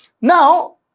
Now